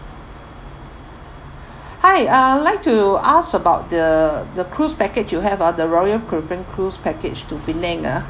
hi I like to ask about the the cruise package you have ah the Royal Caribbean cruise package to penang ah